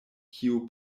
kiu